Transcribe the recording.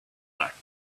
back